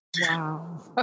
Wow